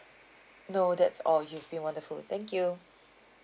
no that's all you've been wonderful thank you